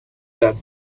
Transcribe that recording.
that